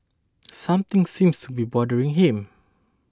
something seems to be bothering him